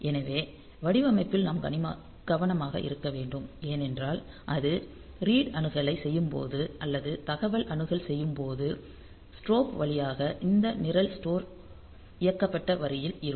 எனவே வடிவமைப்பில் நாம் கவனமாக இருக்க வேண்டும் ஏனென்றால் அது ரீட் அணுகலைச் செய்யும்போது அல்லது தகவல் அணுகல் செய்யும்போது ஸ்ட்ரோப் வழியாக இந்த நிரல் ஸ்டோர் இயக்கப்பட்ட வரியில் இருக்கும்